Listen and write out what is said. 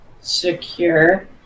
secure